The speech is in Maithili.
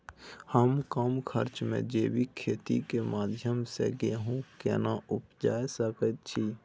हम कम खर्च में जैविक खेती के माध्यम से गेहूं केना उपजा सकेत छी?